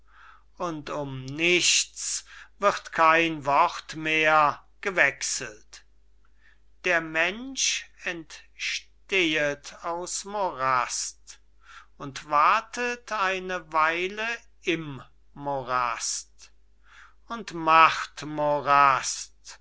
und um nichts wird kein wort mehr gewechselt der mensch entstehet aus morast und watet eine weile im morast und macht morast